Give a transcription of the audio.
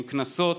עם קנסות,